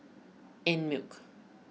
Einmilk